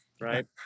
right